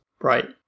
Right